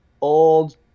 old